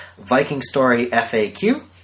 vikingstoryfaq